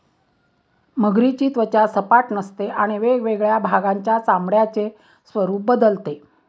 मगरीची त्वचा सपाट नसते आणि वेगवेगळ्या भागांच्या चामड्याचे स्वरूप बदलते